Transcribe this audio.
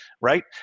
right